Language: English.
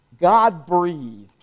God-breathed